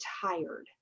tired